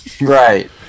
Right